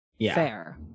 Fair